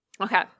Okay